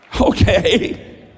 okay